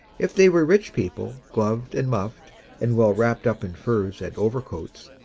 if they were rich people, gloved and muffed and well wrapped up in furs and overcoats,